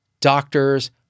doctors